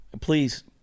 Please